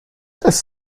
das